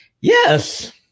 Yes